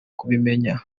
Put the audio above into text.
kubimenya